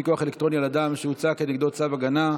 פיקוח אלקטרוני על אדם שהוצא כנגדו צו הגנה),